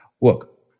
Look